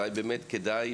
אולי כדאי,